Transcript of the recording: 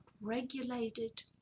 regulated